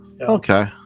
Okay